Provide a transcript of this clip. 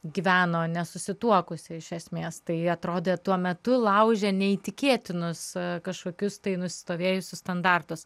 gyveno nesusituokusi iš esmės tai atrodė tuo metu laužė neįtikėtinus kažkokius tai nusistovėjusius standartus